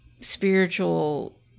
spiritual